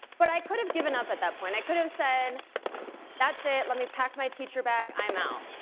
but i could have given up at that point i could have said that's it let me pack my teacher bag i'm out,